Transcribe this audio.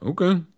Okay